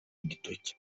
agatoki